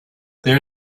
there